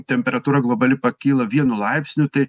temperatūra globali pakyla vienu laipsniu tai